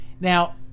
Now